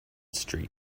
street